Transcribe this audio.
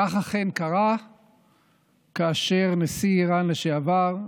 כך אכן קרה כאשר נשיא איראן לשעבר,